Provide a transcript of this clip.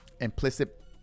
implicit